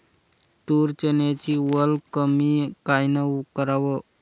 तूर, चन्याची वल कमी कायनं कराव?